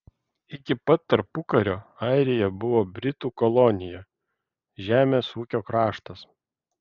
iki pat tarpukario airija buvo britų kolonija žemės ūkio kraštas